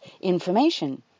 information